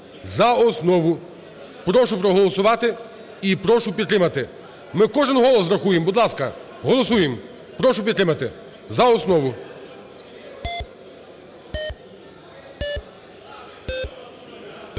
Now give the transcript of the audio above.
за основу. Прошу проголосувати. І прошу підтримати. Ми кожен голос рахуємо, будь ласка, голосуємо. Прошу підтримати за основу.